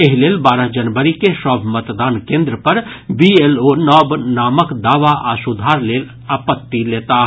एहि लेल बारह जनवरी के सभ मतदान केन्द्र पर बीएलओ नव नामक दावा आ सुधार लेल आपत्ति लेताह